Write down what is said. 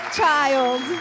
child